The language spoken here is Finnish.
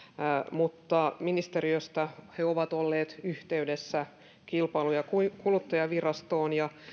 mutta ministeriöstä he ovat olleet yhteydessä kilpailu ja kuluttajavirastoon ja